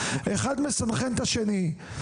אחד מסנכרן את השני,